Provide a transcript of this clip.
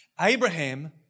Abraham